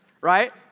right